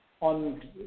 on